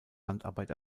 handarbeit